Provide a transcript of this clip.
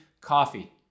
Coffee